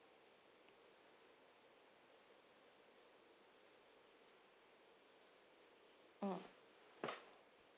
mm